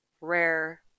rare